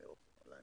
אני